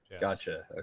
Gotcha